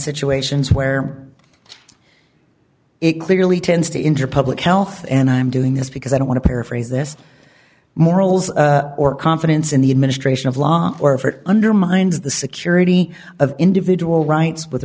situations where it clearly tends to injure public health and i'm doing this because i don't want to paraphrase this morals or confidence in the administration of law or if it undermines the security of individual rights with